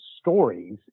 stories